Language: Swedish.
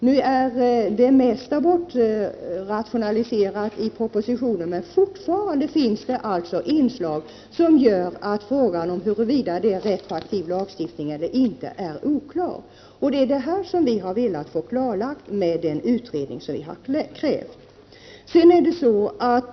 Nu är det mesta bortrationaliserat i propositionen, men fortfarande finns det inslag som gör att frågan om huruvida lagstiftningen är retroaktiv eller inte är oklar. Det är vad vi i folkpartiet velat ha klarlagt genom den utredning som vi har krävt.